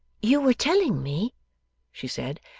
you were telling me she said,